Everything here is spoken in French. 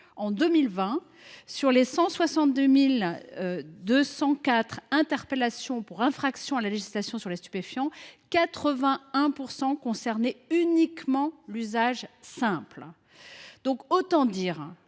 en 2020, 81 % des 162 204 interpellations pour infraction à la législation sur les stupéfiants concernaient uniquement l’usage simple. Autant dire,